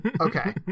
Okay